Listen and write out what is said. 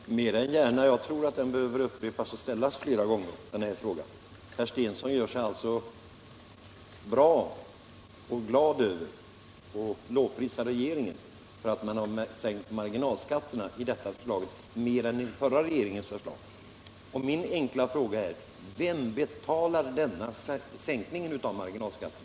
Herr talman! Mer än gärna! Jag tror att den frågan behöver ställas flera gånger. Herr Stensson lovprisar regeringen för att man har sänkt marginalskatterna i detta förslag mer än i förra regeringens förslag. Min enkla fråga är: Vem betalar denna sänkning av marginalskatterna?